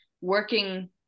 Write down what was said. working